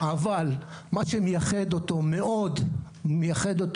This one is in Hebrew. אבל מה שמייחד אותו מאוד הוא